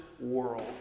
world